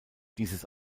dieses